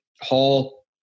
hall